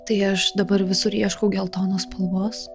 tai aš dabar visur ieškau geltonos spalvos